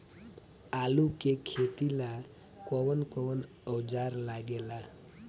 आलू के खेती ला कौन कौन औजार लागे ला?